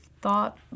thought